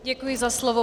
Děkuji za slovo.